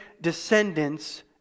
descendants